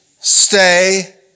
Stay